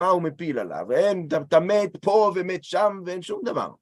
מה הוא מפיל עליו? אתה מת פה ומת שם ואין שום דבר.